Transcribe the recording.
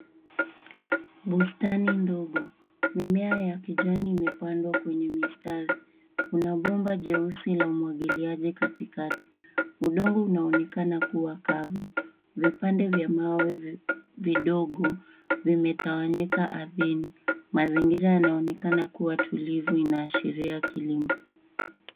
Bustani ndogo. Mimea ya kijani imepandwa kwenye mistari. Kuna bomba jeusi la umwagiliaji katikati. Udongo unaonekana kuwa kavu. Vipande vya mawe vidogo, vimetawanyika ardhini. Mazingira yanaonekana kuwa tulivu inaashiria kilimo.